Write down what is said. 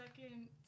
second